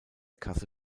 kasse